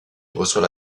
reçoit